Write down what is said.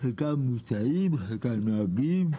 חלקם מוצאים, חלקם נוהגים.